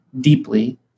deeply